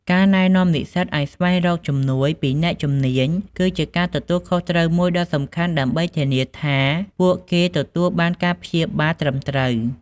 ការណែនាំនិស្សិតឱ្យស្វែងរកជំនួយពីអ្នកជំនាញគឺជាការទទួលខុសត្រូវមួយដ៏សំខាន់ដើម្បីធានាថាពួកគេទទួលបានការព្យាបាលត្រឹមត្រូវ។